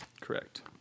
Correct